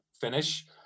finish